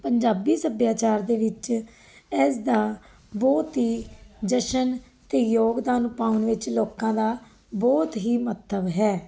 ਪੰਜਾਬੀ ਸੱਭਿਆਚਾਰ ਦੇ ਵਿੱਚ ਇਸ ਦਾ ਬਹੁਤ ਹੀ ਜਸ਼ਨ ਅਤੇ ਯੋਗਦਾਨ ਪਾਉਣ ਵਿੱਚ ਲੋਕਾਂ ਦਾ ਬਹੁਤ ਹੀ ਮਹੱਤਵ ਹੈ